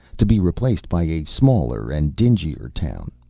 to be replaced by a smaller and dingier town,